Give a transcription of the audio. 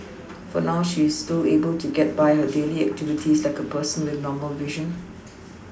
for now she is still able to get by her daily activities like a person with normal vision